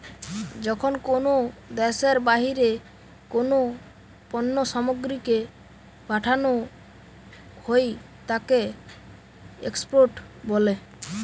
যখন কোনো দ্যাশের বাহিরে কোনো পণ্য সামগ্রীকে পাঠানো হই তাকে এক্সপোর্ট বলে